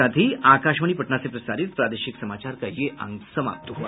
इसके साथ ही आकाशवाणी पटना से प्रसारित प्रादेशिक समाचार का ये अंक समाप्त हुआ